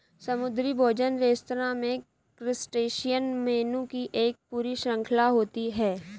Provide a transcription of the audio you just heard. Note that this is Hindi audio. समुद्री भोजन रेस्तरां में क्रस्टेशियन मेनू की एक पूरी श्रृंखला होती है